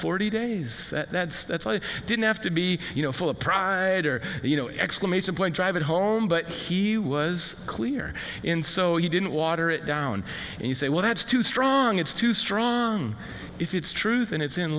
forty days that's that's i didn't have to be you know full of pride or you know exclamation point driving home but he was clear in so you didn't water it down and you say well that's too strong it's too strong if it's truth and it's in